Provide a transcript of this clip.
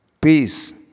Peace